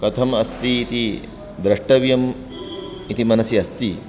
कथम् अस्ति इति द्रष्टव्यम् इति मनसि अस्ति